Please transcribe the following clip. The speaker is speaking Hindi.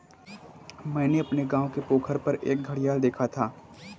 मैंने अपने गांव के पोखर पर एक घड़ियाल देखा था